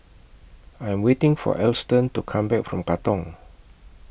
I Am waiting For Alston to Come Back from Katong